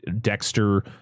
Dexter